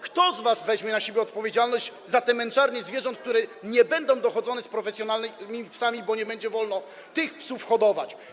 Kto z was weźmie na siebie odpowiedzialność za te męczarnie zwierząt, które nie będą dochodzone z profesjonalnymi psami, bo nie będzie wolno tych psów hodować?